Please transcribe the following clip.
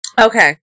Okay